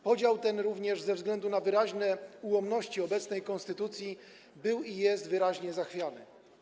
Podział ten, również ze względu na wyraźne ułomności obecnej konstytucji, był i jest wyraźnie zachwiany.